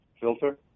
filter